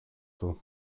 του